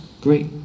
great